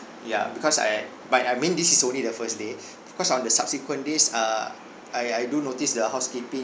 ya because I by I mean this is only the first day because on the subsequent days uh I I do notice the housekeeping